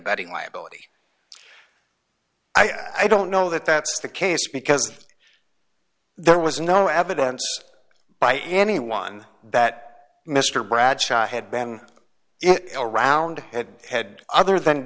abetting liability i don't know that that's the case because there was no evidence by anyone that mr bradshaw i had been around had other than